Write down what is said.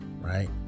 right